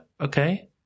okay